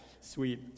Sweet